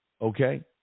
Okay